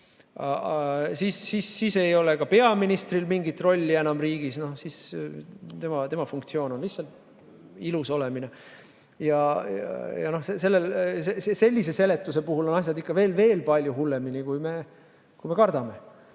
Siis ei ole ka peaministril enam riigis mingit rolli, siis on tema funktsioon lihtsalt ilus olemine. Sellise seletuse puhul on asjad ikka veel palju hullemini, kui me kardame.